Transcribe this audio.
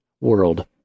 world